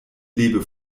lebe